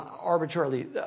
arbitrarily